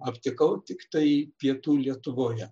aptikau tiktai pietų lietuvoje